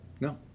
No